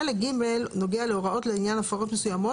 חלק ג' נוגע להוראות לעניין הפרות מסוימות.